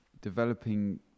developing